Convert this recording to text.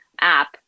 app